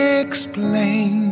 explain